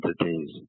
entities